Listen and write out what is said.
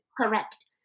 Correct